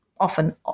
often